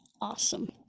Awesome